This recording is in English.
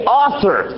author